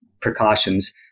precautions